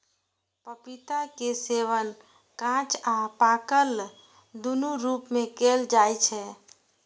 पपीता के सेवन कांच आ पाकल, दुनू रूप मे कैल जाइ छै